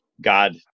God